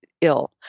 ill